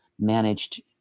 managed